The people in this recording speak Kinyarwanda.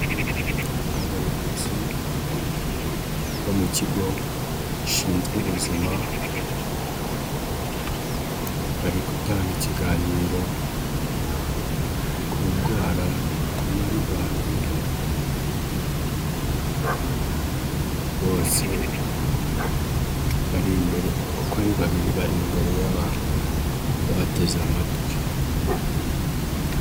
Abayobozi bo mu kigo gishinzwe ubuzima, bari gutanga ikiganiro ku ndwara ya Maribage bose bari imbere uko ari babiri bari imbere y'ababateze amatwi.